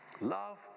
Love